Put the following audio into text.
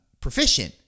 proficient